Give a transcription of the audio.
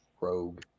Rogue